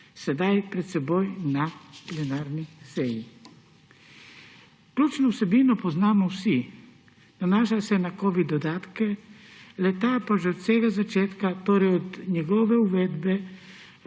sedaj pred seboj na plenarni seji. Ključno vsebino poznamo vsi, nanaša se na covid dodatke, le-ta pa že od vsega začetka, torej od njegove uvedbe,